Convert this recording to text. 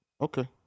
Okay